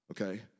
Okay